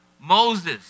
Moses